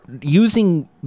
using